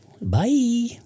Bye